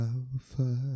Alpha